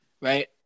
Right